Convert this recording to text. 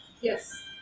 Yes